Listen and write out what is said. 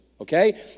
okay